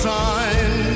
sign